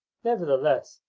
nevertheless,